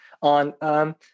on